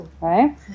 right